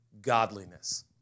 godliness